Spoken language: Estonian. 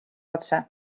otse